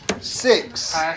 Six